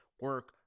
Work